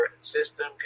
system